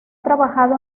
trabajado